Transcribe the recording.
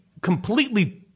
completely